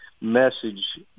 message